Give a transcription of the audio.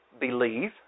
believe